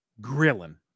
Grilling